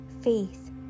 faith